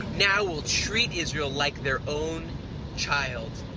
now will treat israel like their own child,